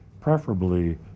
preferably